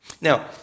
Now